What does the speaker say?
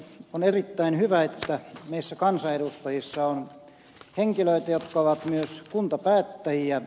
on erittäin hyvä että meissä kansanedustajissa on henkilöitä jotka ovat myös kuntapäättäjiä